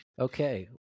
Okay